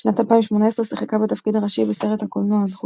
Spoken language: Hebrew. בשנת 2018 שיחקה בתפקיד הראשי בסרט הקולנוע "זכות